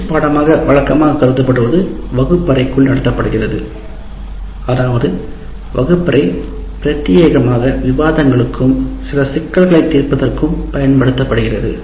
வீட்டுப்பாடமாக வழக்கமாக கருதப்படுவது வகுப்பறைக்குள் நகர்த்தப்படுகிறது அதாவது வகுப்பறை பிரத்தியேகமாக விவாதங்களுக்கும் சில சிக்கல்களைத் தீர்ப்பதற்கும் பயன்படுத்தப்படுகிறது